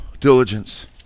diligence